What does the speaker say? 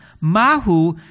Mahu